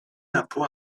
l’impôt